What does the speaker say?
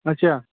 اَچھا